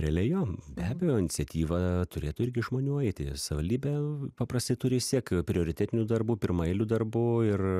realiai jo be abejo iniciatyva turėtų irgi iš žmonių eiti savaldybė paprastai turi visiek prioritetinių darbų pirmaeilių darbų ir